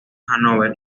hannover